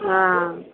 हँ